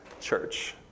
church